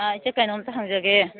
ꯑ ꯏꯆꯦ ꯀꯅꯣꯝꯇ ꯍꯪꯖꯒꯦ